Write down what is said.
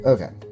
Okay